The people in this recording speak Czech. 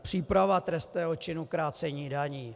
Příprava trestného činu krácení daní.